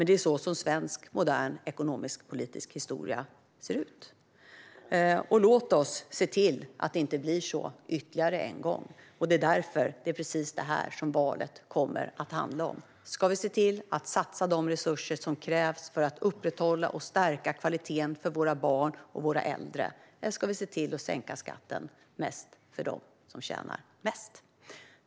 Det är så svensk modern ekonomisk-politisk historia ser ut. Låt oss se till att det inte blir så ytterligare en gång! Det är därför det är precis det här som valet kommer att handla om. Ska vi se till att satsa de resurser som krävs för att upprätthålla och stärka kvaliteten för våra barn och våra äldre, eller ska vi se till att sänka skatten mest för dem som tjänar mest?